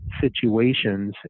situations